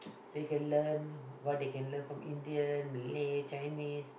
they can learn what they can learn from Indian Malay Chinese